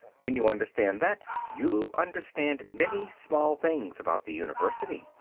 when you understand that, you understand many small things about the university.